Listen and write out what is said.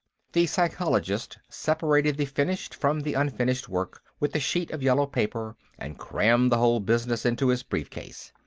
the psychologist separated the finished from the unfinished work with a sheet of yellow paper and crammed the whole business into his brief case.